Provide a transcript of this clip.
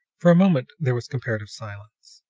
for a moment there was comparative silence.